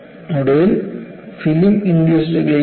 ഒടുവിൽ film induced cleavage